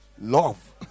Love